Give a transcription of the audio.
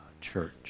Church